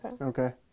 Okay